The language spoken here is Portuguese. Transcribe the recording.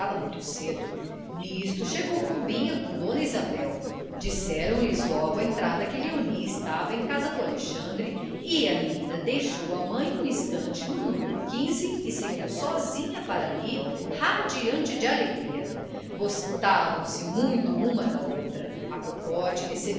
procurá-la muito cedo nisto chegou pombinha com dona isabel disseram lhes logo à entrada que léonie estava em casa do alexandre e a menina deixou a mãe um instante no numero quinze e seguiu sozinha para ali radiante de alegria gostavam se muito uma da outra